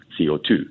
CO2